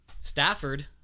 Stafford